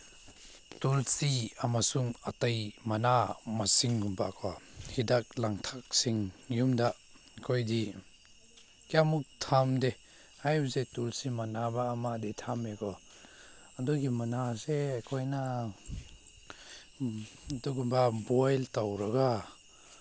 ꯇꯨꯜꯁꯤ ꯑꯃꯁꯨꯡ ꯑꯇꯩ ꯃꯅꯥ ꯃꯁꯤꯡꯒꯨꯝꯕꯀꯣ ꯍꯤꯗꯥꯛ ꯂꯥꯡꯊꯛꯁꯤꯡ ꯌꯨꯝꯗ ꯑꯩꯈꯣꯏꯗꯤ ꯀꯌꯥꯃꯨꯛ ꯊꯝꯗꯦ ꯍꯥꯏꯕꯁꯦ ꯇꯨꯜꯁꯤ ꯃꯥꯅꯕ ꯑꯃꯗꯤ ꯊꯝꯃꯦꯀꯣ ꯑꯗꯨꯒꯤ ꯃꯅꯥꯁꯦ ꯑꯩꯈꯣꯏꯅ ꯑꯗꯨꯒꯨꯝꯕ ꯕꯣꯏꯜ ꯇꯧꯔꯒ